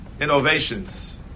innovations